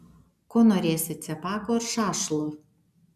ko norėsi cepakų ar šašlo